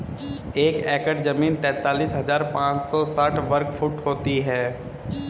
एक एकड़ जमीन तैंतालीस हजार पांच सौ साठ वर्ग फुट होती है